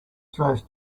throws